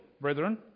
brethren